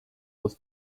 was